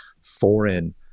foreign